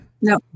no